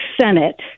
Senate